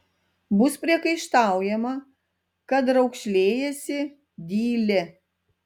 bus priekaištaujama kad raukšlėjiesi dyli